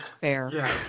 Fair